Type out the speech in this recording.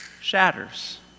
shatters